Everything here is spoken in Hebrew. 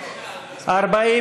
להביע אי-אמון בממשלה לא נתקבלה.